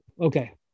Okay